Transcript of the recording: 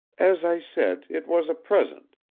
as i said, it was a present,